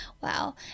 Wow